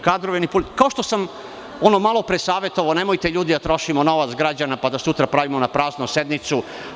Kao što sam ono malopre savetovao – nemojte, ljudi, da trošimo novac građana, pa da sutra pravimo na prazno sednicu.